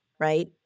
right